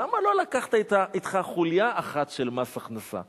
למה לא לקחת אתך חוליה אחת של מס הכנסה?